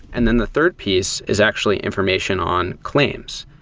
and then the third piece is actually information on claims,